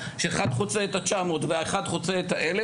צריך להיות תכנון, והוא צריך לצפות פני עתיד.